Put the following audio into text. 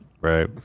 Right